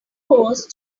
post